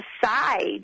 decide